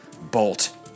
bolt